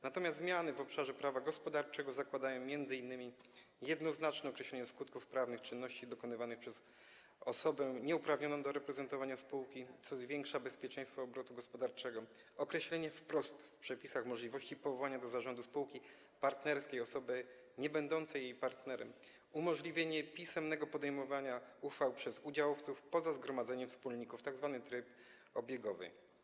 Natomiast zmiany w obszarze prawa gospodarczego obejmują m.in.: jednoznaczne określenie skutków prawnych czynności dokonywanych przez osobę nieuprawnioną do reprezentowania spółki, co zwiększa bezpieczeństwo obrotu gospodarczego; określenie wprost w przepisach możliwości powołania do zarządu spółki partnerskiej osoby niebędącej jej partnerem; umożliwienie pisemnego podejmowania uchwał przez udziałowców poza zgromadzeniem wspólników, tzw. tryb obiegowy.